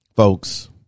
Folks